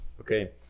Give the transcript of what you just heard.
Okay